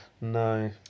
No